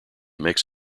makes